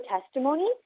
testimony